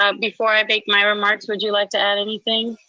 um before i make my remarks would you like to add anything?